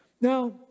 Now